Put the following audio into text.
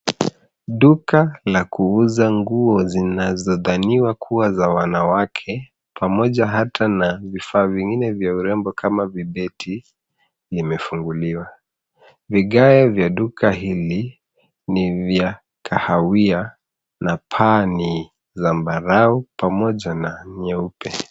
Duka la kuuza nguo zinazodhaniwa kuwa za wanawake pamoja hata na vifaa vingine vya urembo kama vibeti limefunguliwa. Vigae vya duka hili ni vya kahawia na paa ni zambarau pamoja na nyeupe.